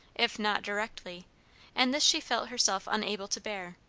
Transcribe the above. if not directly and this she felt herself unable to bear,